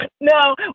No